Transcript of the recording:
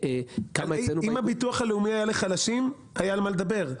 --- אם הביטוח הלאומי היה לחלשים אז היה על מה לדבר,